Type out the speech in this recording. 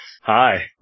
Hi